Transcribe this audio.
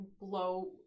blow